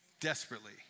desperately